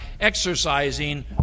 exercising